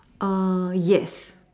err yes